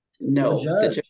no